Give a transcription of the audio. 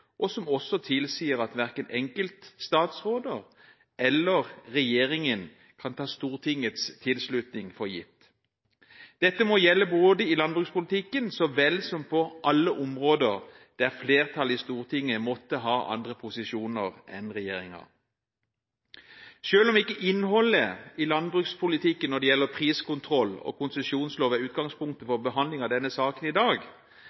og som også tilsier at verken enkeltstatsråder eller regjeringen kan ta Stortingets tilslutning for gitt. Dette må gjelde i landbrukspolitikken så vel som på alle områder der flertallet i Stortinget måtte ha andre posisjoner enn regjeringen. Selv om ikke innholdet i landbrukspolitikken når det gjelder priskontroll og konsesjonsloven, er utgangspunktet for behandlingen av denne saken i dag,